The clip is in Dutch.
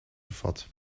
vat